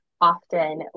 often